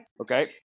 Okay